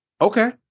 Okay